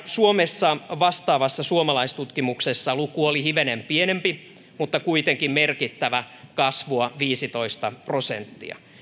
suomessa vastaavassa suomalaistutkimuksessa luku oli hivenen pienempi mutta kuitenkin merkittävä kasvua viisitoista prosenttia